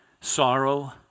sorrow